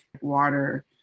water